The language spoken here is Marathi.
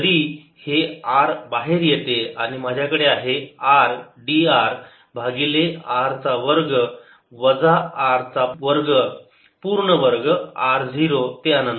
जरी हे R बाहेर येते आणि माझ्याकडे आहे r d r भागिले r चा वर्ग वजा R चा वर्ग पूर्ण वर्ग r 0 ते अनंत